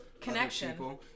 Connection